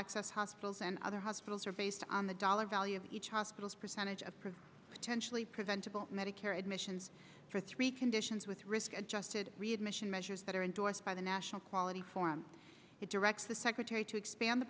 access hospitals and other hospitals are based on the dollar value of each hospital's percentage of attention preventable medicare admissions for three conditions with risk adjusted readmission measures that are endorsed by the national quality forum it directs the secretary to expand the